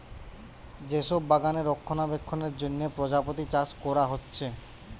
যে সব বাগানে রক্ষণাবেক্ষণের জন্যে প্রজাপতি চাষ কোরা হচ্ছে